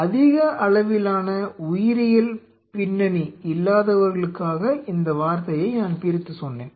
அதிக அளவிலான உயிரியல் பின்னணி இல்லாதவர்களுக்காக இந்த வார்த்தையை நான் பிரித்து சொன்னேன்